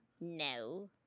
No